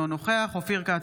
אינו נוכח אופיר כץ,